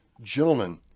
Gentlemen